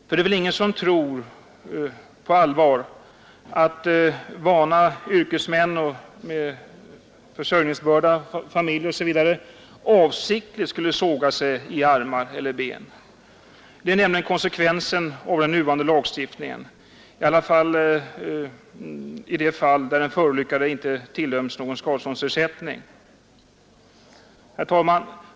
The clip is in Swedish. För det är väl ingen som på allvar tror att vana yrkesmän med familj att försörja avsiktligt t.ex. sågar sig i armar eller ben. Men sådan är konsekvensen av den nuvarande lagstiftningen i de fall där den skadade inte tilldöms någon skadeersättning. Herr talman!